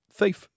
thief